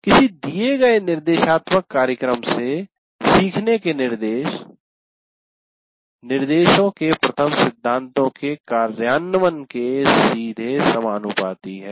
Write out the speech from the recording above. किसी दिए गए निर्देशात्मक कार्यक्रम से सीखने के निर्देश निर्देशों के प्रथम सिद्धांतों के कार्यान्वयन के सीधे समानुपाती है